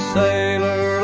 sailor